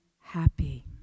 happy